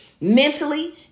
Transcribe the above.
mentally